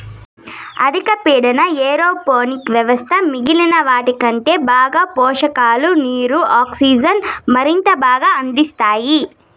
అధిక పీడన ఏరోపోనిక్ వ్యవస్థ మిగిలిన వాటికంటే బాగా పోషకాలు, నీరు, ఆక్సిజన్ను మరింత బాగా అందిస్తాయి